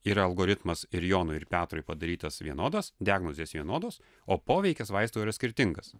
ir algoritmas ir jonui ir petrui padarytas vienodas diagnozės vienodos o poveikis vaistų yra skirtingas